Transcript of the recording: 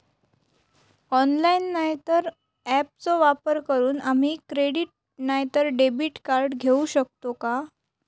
Online नाय तर ऍपचो वापर करून आम्ही क्रेडिट नाय तर डेबिट कार्ड घेऊ शकतो का?